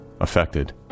affected